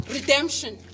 Redemption